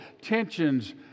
Tensions